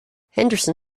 henderson